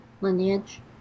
Lineage